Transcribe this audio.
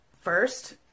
first